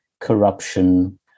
Corruption